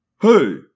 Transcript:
Hey